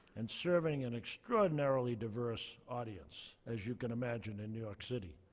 and serving an extraordinarily diverse audience as you can imagine in new york city.